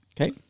Okay